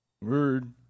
Word